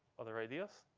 other ideas?